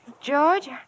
George